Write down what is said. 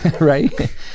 right